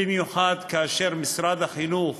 במיוחד כאשר משרד החינוך